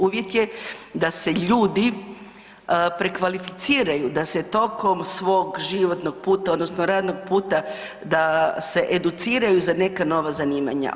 Uvjet je da se ljudi prekvalificiraju, da se tokom svog životnog puta odnosno radnog puta, da se educiraju za neka nova zanimanja.